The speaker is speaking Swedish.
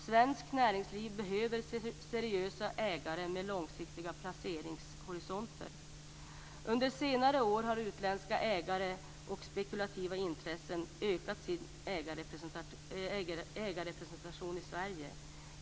Svenskt näringsliv behöver seriösa ägare med långsiktiga placeringshorisonter. Under senare år har utländska ägare och spekulativa intressen ökat sin ägarrepresentation i Sverige.